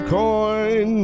coin